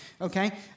Okay